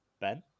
Ben